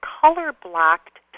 color-blocked